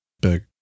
big